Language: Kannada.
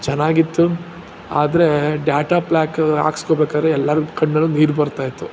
ಚೆನ್ನಾಗಿತ್ತು ಆದರೆ ಡಾಟಾ ಪ್ಲ್ಯಾಕ ಹಾಕಿಸ್ಕೋಬೇಕಾರೆ ಎಲ್ಲರ ಕಣ್ಣಲ್ಲೂ ನೀರು ಬರ್ತಾಯಿತ್ತು